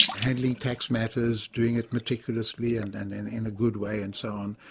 handling tax matters, doing it meticulously and and in in a good way and so on.